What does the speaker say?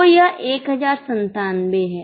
तो यह 1097 है